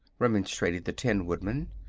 remonstrated the tin woodman.